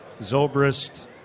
Zobrist